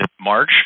March